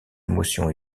émotions